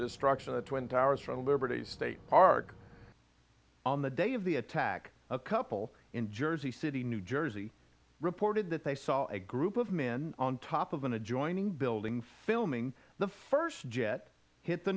destruction of the twin towers from liberty state park on the day of the attack a couple in jersey city new jersey reported that they saw a group of men on top of an adjoining building filming the first jet hit the